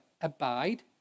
Abide